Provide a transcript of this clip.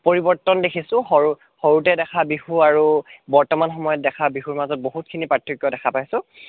পৰিৱৰ্তন দেখিছোঁ সৰু সৰুতে দেখা বিহু আৰু বৰ্তমান সময়ত দেখা বিহুৰ মাজত বহুতখিনি পাৰ্থক্য দেখা পাইছোঁ